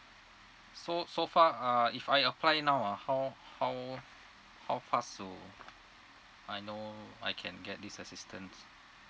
so so far uh if I apply now ah how how fast do I know I can get this assistance